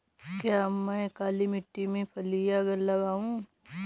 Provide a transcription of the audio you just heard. क्या मैं काली मिट्टी में फलियां लगाऊँ?